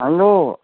hello